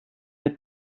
the